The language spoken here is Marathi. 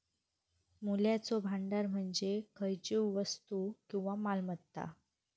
मूल्याचो भांडार म्हणजे खयचीव वस्तू किंवा मालमत्ता